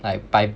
like 百